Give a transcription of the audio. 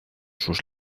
sus